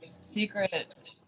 secret